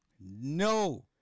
no